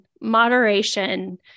Moderation